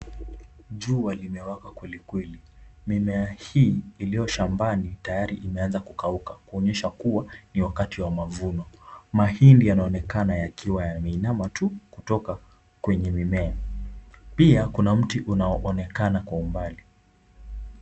Jua limewaka kwelikweli, mimea hii iliyoshambani tayari imeanza kukauka inaonyesha kua ni wakati wa mavuno, mahindi yanaonekana kua yameinama tu! kutoka kwenye mimea . Pia kuna mti unaoonekana kwa umbali.